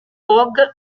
vogue